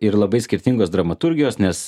ir labai skirtingos dramaturgijos nes